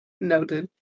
Noted